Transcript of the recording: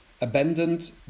abandoned